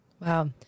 Wow